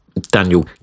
Daniel